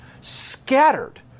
scattered